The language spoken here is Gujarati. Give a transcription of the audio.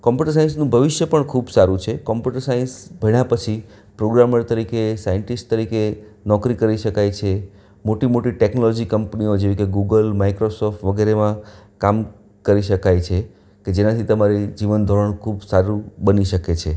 કોંપ્યુટર સાયન્સનું ભવિષ્ય પણ ખૂબ સારું છે કોંપ્યુટર સાયન્સ ભણ્યા પછી પ્રોગ્રામર તરીકે સાયન્ટિસ્ટ તરીકે નોકરી કરી શકાય છે મોટી મોટી ટેક્નોલોજી કંપનીઓ જેવી કે ગૂગલ માઈક્રોસોફ્ટ વગેરેમાં કામ કરી શકાય છે કે જેનાથી તમારી જીવનધોરણ ખૂબ સારું બની શકે છે